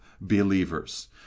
believers